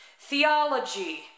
theology